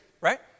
right